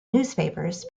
newspapers